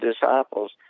disciples